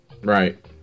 Right